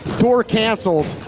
tour canceled.